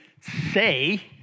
say